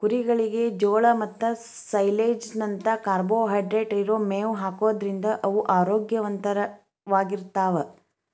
ಕುರಿಗಳಿಗೆ ಜೋಳ ಮತ್ತ ಸೈಲೇಜ್ ನಂತ ಕಾರ್ಬೋಹೈಡ್ರೇಟ್ ಇರೋ ಮೇವ್ ಹಾಕೋದ್ರಿಂದ ಅವು ಆರೋಗ್ಯವಂತವಾಗಿರ್ತಾವ